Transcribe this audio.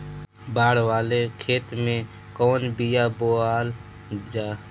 बाड़ वाले खेते मे कवन बिया बोआल जा?